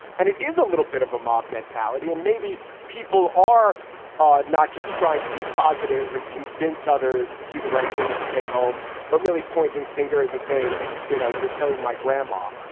and it is a little bit of a mob mentality. and maybe people are ah not just trying to be positive and convince others to do the right thing and stay home, but really pointing fingers and saying, you you know, you're killing my grandma.